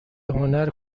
هنر